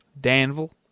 Danville